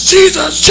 Jesus